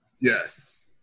Yes